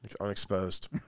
Unexposed